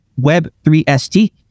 WEB3ST